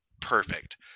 Perfect